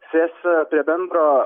sės prie bendro